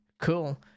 Cool